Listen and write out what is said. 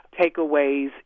takeaways